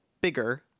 bigger